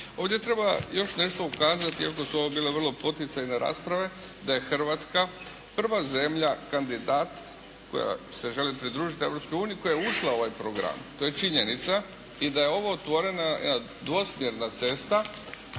Ovdje treba još nešto ukazati iako su ovo bile vrlo poticajne rasprave da je Hrvatska prva zemlja kandidat koja se želi pridružiti Europskoj uniji koja je ušla u ovaj program. To je činjenica i da je ovo otvorena jedna dvosmjerna cesta,